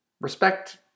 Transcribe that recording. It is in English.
Respect